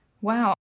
wow